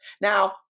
Now